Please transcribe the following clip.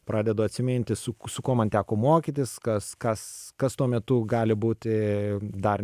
pradedu atsiminti su kuo man teko mokytis kas kas kas tuo metu gali būti dar